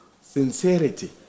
Sincerity